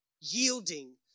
yielding